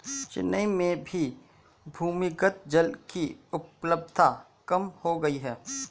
चेन्नई में भी भूमिगत जल की उपलब्धता कम हो गई है